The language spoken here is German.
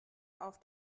auf